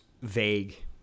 vague